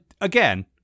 again –